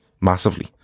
massively